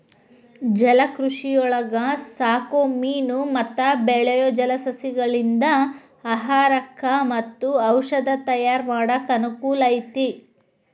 ಜಲಕೃಷಿಯೊಳಗ ಸಾಕೋ ಮೇನು ಮತ್ತ ಬೆಳಿಯೋ ಜಲಸಸಿಗಳಿಂದ ಆಹಾರಕ್ಕ್ ಮತ್ತ ಔಷದ ತಯಾರ್ ಮಾಡಾಕ ಅನಕೂಲ ಐತಿ